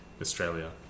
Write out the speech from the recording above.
Australia